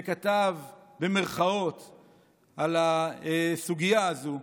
שכתב על ה"סוגיה" הזאת,